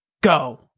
Go